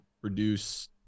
produce